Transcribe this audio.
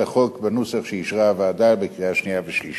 החוק בנוסח שאישרה הוועדה בקריאה שנייה ושלישית.